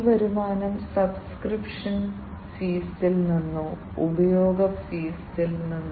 എന്നാൽ ഇതെല്ലാം ഏത് സെൻസറിനെ പിന്തുണയ്ക്കുന്നു ആപ്ലിക്കേഷന്റെ തരത്തെ ആശ്രയിച്ചിരിക്കുന്നു